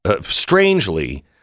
strangely